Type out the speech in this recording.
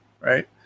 right